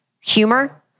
humor